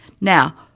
Now